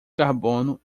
carbono